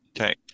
okay